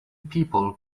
people